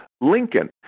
Lincoln